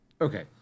okay